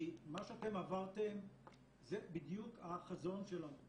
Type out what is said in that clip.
כי מה שאתם עברתם זה בדיוק החזון שלנו.